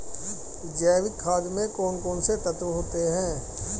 जैविक खाद में कौन कौन से तत्व होते हैं?